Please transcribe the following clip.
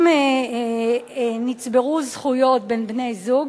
אם נצברו זכויות בין בני-זוג,